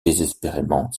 désespérément